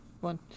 one